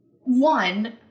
one